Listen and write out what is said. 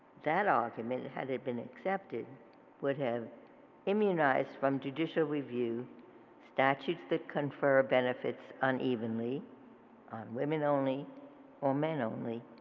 that argument had it been accepted would have immunized from judicial review statues that confer benefits unevenly on women only or men only.